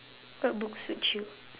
what books suit you